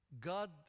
God